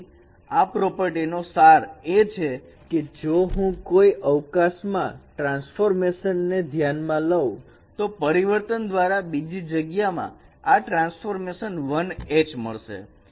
તેથી આ પ્રોપર્ટી નો સાર એ છે કે જો હું કોઈ અવકાશ મા ટ્રાન્સફોર્મેશન ને ધ્યાનમાં લવ તો પરિવર્તન દ્વારા બીજી જગ્યા માં ટ્રાન્સફોર્મેશન 1 H મળશે